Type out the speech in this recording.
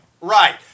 right